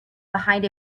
behind